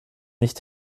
nicht